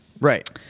Right